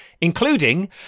including